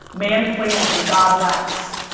man plans and god laughs.